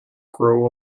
crow